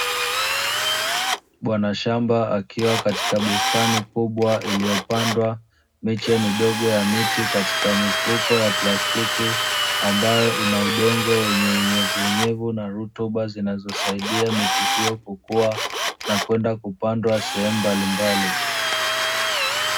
Bwana shamba akiwa katika bustani kubwa iliyopandwa miche midogo ya miti katika mifuko ya plastiki, ambayo ina udongo wenye unyevunyevu na rutuba zinazosaidia miti hiyo kukua, na kwenda kupandwa sehemu mbalimbali.